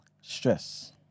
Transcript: stress